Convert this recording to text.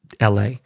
LA